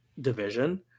division